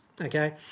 okay